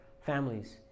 families